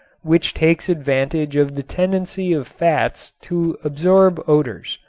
which takes advantage of the tendency of fats to absorb odors.